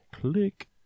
click